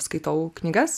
skaitau knygas